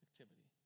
activity